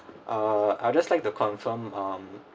uh I'll just like to confirm um